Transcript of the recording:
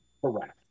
Correct